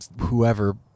whoever